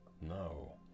No